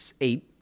eight